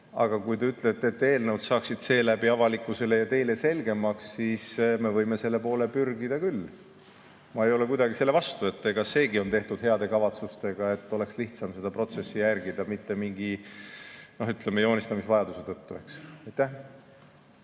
Aga kui te ütlete, et eelnõud saaksid seeläbi avalikkusele ja teile selgemaks, siis me võime selle poole pürgida küll. Ma ei ole kuidagi selle vastu. Eks seegi on tehtud heade kavatsustega, et oleks lihtsam seda protsessi järgida, mitte lihtsalt mingi, ütleme, joonistamisvajaduse tõttu.